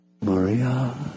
Maria